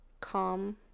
calm